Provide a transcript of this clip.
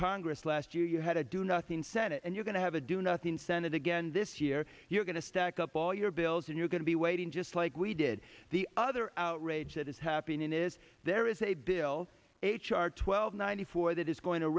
congress last year you had a do nothing senate and you're going to have a do nothing senate again this year you're going to stack up all your bills and you're going to be waiting just like we did the other outrage that is happening is there is a bill h r twelve ninety four that is going to